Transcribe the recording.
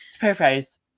paraphrase